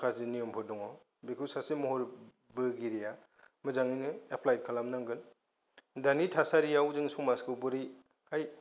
माखासे नेमफोर दङ बेखौ सासे महरबोगिरिया मोजाङैनो एप्लाइ खालामनांगोन दानि थासारियाव जों समाजखौ बोरैहाय